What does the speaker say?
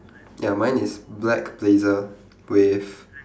ya mine is black blazer with